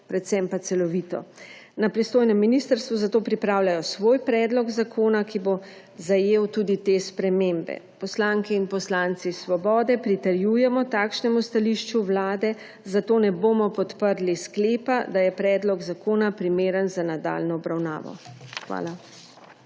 predvsem pa celovito. Na pristojnem ministrstvu zato pripravljajo svoj predlog zakona, ki bo zajel tudi te spremembe. Poslanke in poslanci Svobode pritrjujemo takšnemu stališču Vlade, zato ne bomo podprli sklepa, da je predlog zakona primeren za nadaljnjo obravnavo. Hvala.